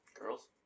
Girls